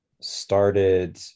started